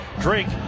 drink